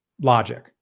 logic